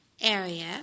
area